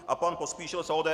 A pan Pospíšil z ODS.